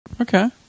Okay